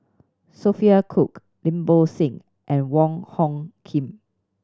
Sophia Cooke Lim Bo Seng and Wong Hung Khim